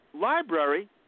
library